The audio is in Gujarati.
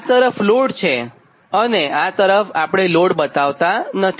આ તરફ લોડ છે અને આ તરફ આપણે લોડ બતાવતાં નથી